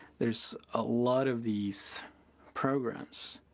there's a lot of these programs